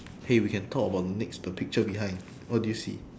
hey we can talk about next the picture behind what do you see